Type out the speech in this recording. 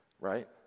right